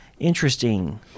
Interesting